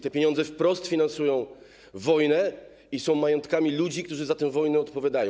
Te pieniądze wprost finansują wojnę i są majątkami ludzi, którzy za tę wojnę odpowiadają.